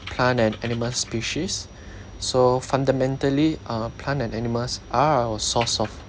plant and animal species so fundamentally uh plant and animals are a source of